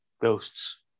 ghosts